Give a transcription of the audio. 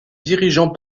dirigeant